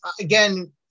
again